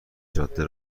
جاده